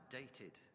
dated